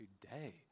today